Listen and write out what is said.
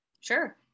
Sure